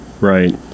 right